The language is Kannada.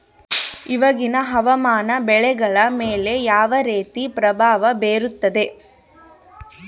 ಇವಾಗಿನ ಹವಾಮಾನ ಬೆಳೆಗಳ ಮೇಲೆ ಯಾವ ರೇತಿ ಪ್ರಭಾವ ಬೇರುತ್ತದೆ?